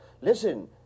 Listen